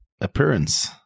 appearance